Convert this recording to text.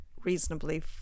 reasonably